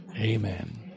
amen